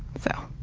so.